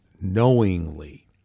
knowingly